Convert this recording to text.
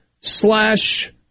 slash